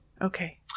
Okay